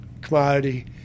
commodity